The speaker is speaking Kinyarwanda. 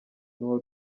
n’uwa